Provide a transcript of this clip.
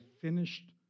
finished